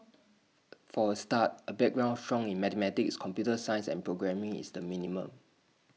for A start A background strong in mathematics computer science and programming is the minimum